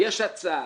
יש הצעה,